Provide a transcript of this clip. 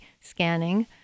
scanning